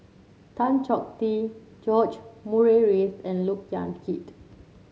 Tan Chong Tee George Murray Reith and Look Yan Kit